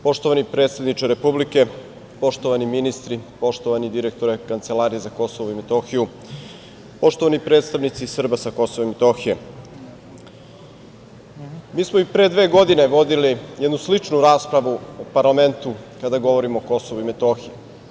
Poštovani predsedniče Republike, poštovani ministri, poštovani direktore Kancelarije za KiM, poštovani predstavnici Srba sa KiM, mi smo i pre dve godine vodili jednu sličnu raspravu u parlamentu kada govorimo o KiM.